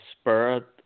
spirit